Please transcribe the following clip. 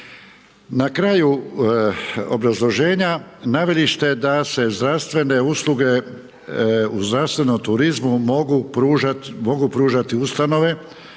Na kraju obrazloženja naveli ste da se zdravstvene usluge u zdravstvenom turizmu mogu pružati ustanove,